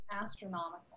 astronomical